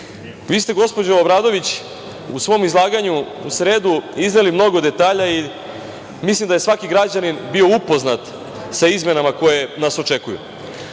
ste, gospođo Obradović, u svom izlaganju u sredu izneli mnogo detalja i mislim da je svaki građanin bio upoznat sa izmenama koje nas očekuju,